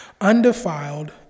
undefiled